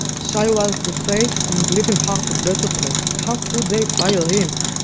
shai was the face and living heart of better place. how could they fire him?